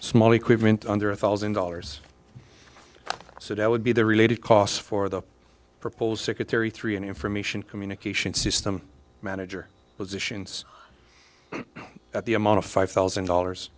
small equipment under a thousand dollars so that would be the related costs for the proposed secretary three and information communication system manager positions at the amount of five thousand dollars